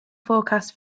forecast